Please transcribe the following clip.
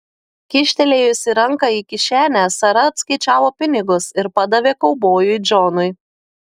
kyštelėjusi ranką į kišenę sara atskaičiavo pinigus ir padavė kaubojui džonui